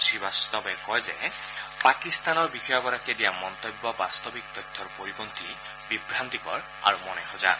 শ্ৰীবাস্তৱে কয় যে পাকিস্তানৰ বিষয়াগৰাকীয়ে দিয়া মন্তব্য বাস্তৱিক তথ্যৰ পৰিপন্থী বিভ্ৰান্তিকৰণ আৰু মনেসজা